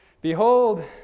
Behold